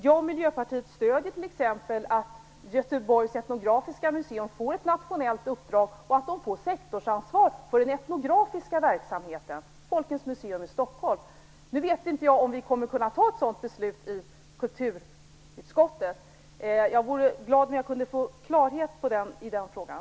Jag och Miljöpartiet stöder t.ex. att Göteborgs etnografiska museum får ett nationellt uppdrag och att det får sektorsansvar för den etnografiska verksamheten vid Folkets museum i Jag vet inte om vi kommer att kunna fatta ett sådant beslut i kulturutskottet. Jag vore glad om jag kunde få klarhet i den frågan.